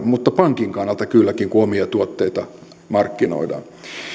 mutta pankin kannalta kylläkin kun omia tuotteita markkinoidaan